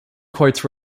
quotes